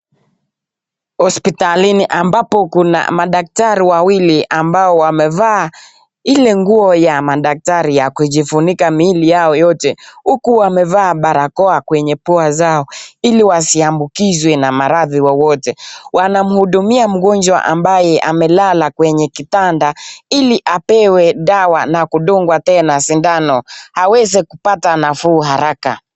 Hospitalini ambapo kuna madaktari wawili ambao wamevaa ile nguo ya madaktari ya kujivunika miili yao yote huku wamevaa barakoa kwenye pua zao ili wasiambukizwe na maradi wowote. Wanamwuhudumia mgonjwa ambaye amelala kwenye kipanda ili apewe dawa na kudungwa tena sindano aweze kupata nafuu haraka.